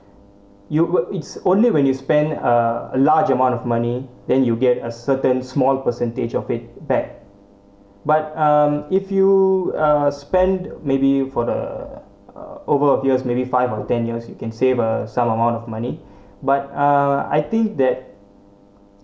you will it's only when you spend a a large amount of money then you get a certain small percentage of it back but um if you uh spend maybe for the uh over a year maybe five or ten years you can save uh some amount of money but uh I think that